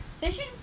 Fishing